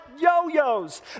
yo-yos